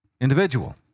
individual